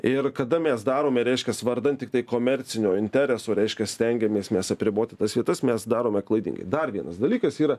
ir kada mes darome reiškias vardan tiktai komercinio intereso reiškia stengiamės mes apriboti tas vietas mes darome klaidingai dar vienas dalykas yra